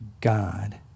God